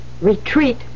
retreat